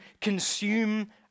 consume